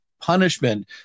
punishment